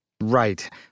Right